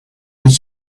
with